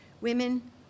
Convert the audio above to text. Women